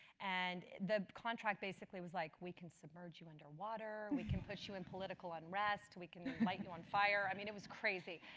and the contract basically was like, we can submerge you under water. we can put you in political unrest. we can light you on fire, i mean, it was crazy.